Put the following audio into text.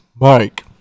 Mike